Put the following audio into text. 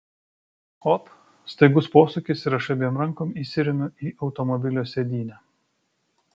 op staigus posūkis ir aš abiem rankom įsiremiu į automobilio sėdynę